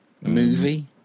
Movie